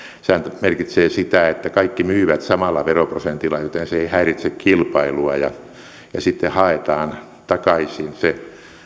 sehän merkitsee sitä että kaikki myyvät samalla veroprosentilla joten se ei häiritse kilpailua ja ja sitten haetaan takaisin se